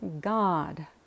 God